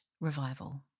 revival